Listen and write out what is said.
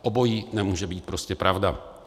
Obojí nemůže být prostě pravda.